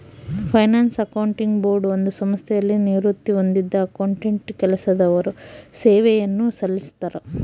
finance accounting board ಒಂದು ಸಂಸ್ಥೆಯಲ್ಲಿ ನಿವೃತ್ತಿ ಹೊಂದಿದ್ದ ಅಕೌಂಟೆಂಟ್ ಕೆಲಸದವರು ಸೇವೆಯನ್ನು ಸಲ್ಲಿಸ್ತರ